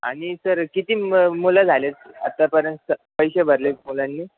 आणि सर किती म मुलं झाले आहेत आत्तापर्यंत पैसे भरले आहेत मुलांनी